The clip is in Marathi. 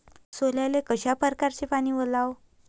सोल्याले कशा परकारे पानी वलाव?